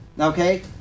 okay